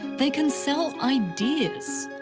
they can sell ideas.